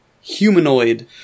humanoid